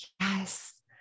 Yes